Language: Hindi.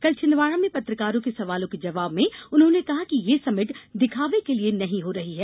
कल छिंदवाडा में पत्रकारों के सवालों के जवाब में उन्होंने कहा कि यह समिट दिखावे के लिए नहीं हो रही है